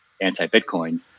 anti-bitcoin